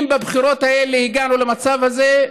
אם בבחירות האלה הגענו למצב הזה,